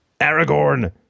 Aragorn